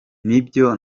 nibyo